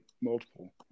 multiple